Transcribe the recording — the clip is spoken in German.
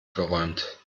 geräumt